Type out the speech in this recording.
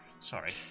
Sorry